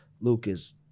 Lucas